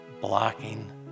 blocking